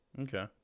okay